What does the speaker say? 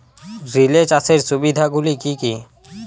Relay চাষের সুবিধা গুলি কি কি?